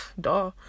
duh